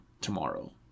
tomorrow